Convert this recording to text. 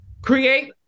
Create